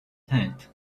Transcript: tent